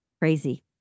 Crazy